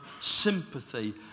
sympathy